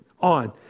on